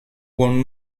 buon